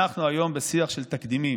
אנחנו היום בשיח של תקדימים.